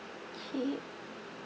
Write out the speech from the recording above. okay